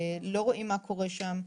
לא רואים מה קורה שם.